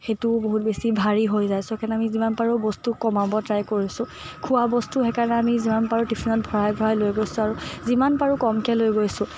সেইটোও বহুত বেছি ভাৰী হৈ যায় ছ' সেইকাৰণে আমি যিমান পাৰোঁ বস্তু কমাব ট্ৰাই কৰিছোঁ খোৱা বস্তু সেইকাৰণে আমি যিমান পাৰোঁ টিফিনত ভৰাই ভৰাই লৈ গৈছোঁ আৰু যিমান পাৰোঁ কমকৈ লৈ গৈছোঁ